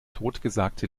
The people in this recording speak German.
totgesagte